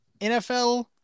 NFL